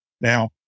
Now